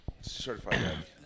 Certified